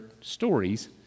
stories